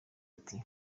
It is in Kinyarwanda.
ati